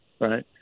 right